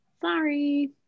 Sorry